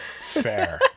Fair